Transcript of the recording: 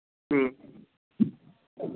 ठीक छै